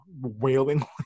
wailing